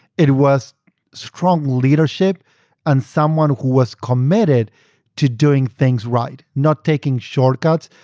it was strong leadership and someone who was committed to doing things right. not taking shortcuts,